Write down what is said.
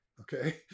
Okay